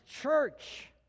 church